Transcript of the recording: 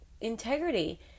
Integrity